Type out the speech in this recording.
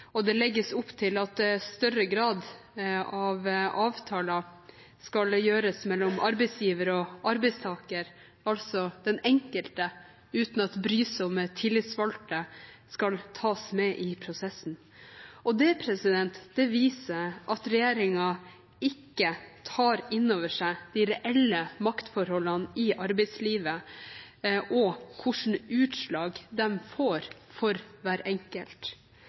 og det legges opp til at en større grad av avtaler skal gjøres mellom arbeidsgiver og arbeidstaker, altså den enkelte, uten at brysomme tillitsvalgte skal tas med i prosessen. Det viser at regjeringen ikke tar inn over seg de reelle maktforholdene i arbeidslivet og hvilke utslag de får for hver enkelt.